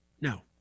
No